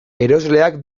erosleak